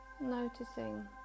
Noticing